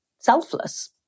selfless